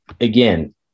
Again